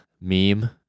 meme